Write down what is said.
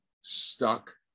stuck